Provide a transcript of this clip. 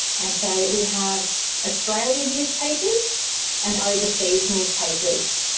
and so we have australian newspapers and overseas newspapers.